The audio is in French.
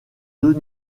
deux